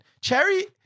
Cherry